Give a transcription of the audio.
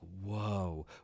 whoa